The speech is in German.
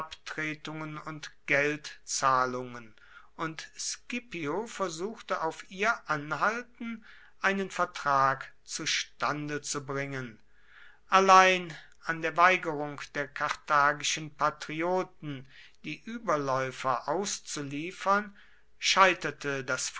und geldzahlungen und scipio versuchte auf ihr anhalten einen vertrag zustande zu bringen allein an der weigerung der karthagischen patrioten die überläufer auszuliefern scheiterte